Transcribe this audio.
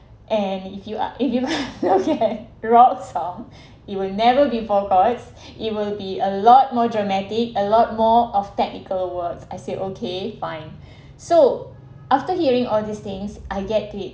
and if you are if you are rock song it will never be four chords it will be a lot more dramatic a lot more of technical words I said okay fine so after hearing all these things I get it